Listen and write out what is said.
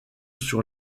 sur